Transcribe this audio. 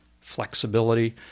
flexibility